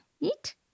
eat